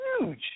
huge